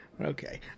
Okay